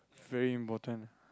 very important